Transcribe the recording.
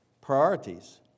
priorities